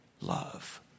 love